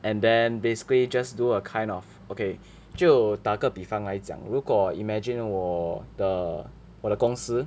and then basically just do a kind of okay 就打个比方来讲如果 imagine 我的我的公司